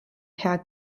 herr